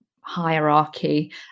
hierarchy